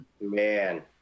Man